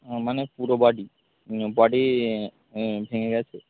মানে পুরো body body ভেঙে গেছে